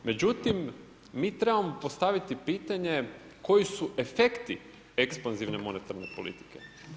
Međutim, mi trebamo postaviti pitanje koji su efekti ekspanzivne monetarne politike.